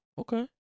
Okay